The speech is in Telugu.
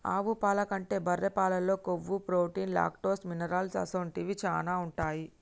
ఆవు పాల కంటే బర్రె పాలల్లో కొవ్వు, ప్రోటీన్, లాక్టోస్, మినరల్ అసొంటివి శానా ఉంటాయి